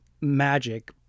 magic